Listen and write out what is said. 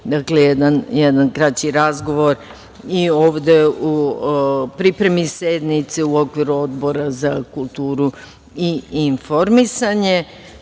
imali jedan kraći razgovor i ovde u pripremi sednice u okviru Odbora za kulturu i informisanje.